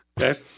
Okay